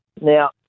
Now